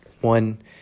one